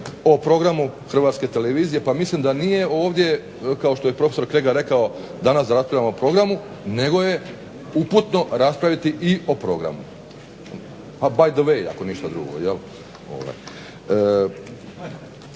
o Programu Hrvatske televizije pa mislim da nije ovdje kao što je prof. Kregar rekao danas da raspravljamo o programu nego je uputno raspraviti i o programu. A by the way ako ništa drugo.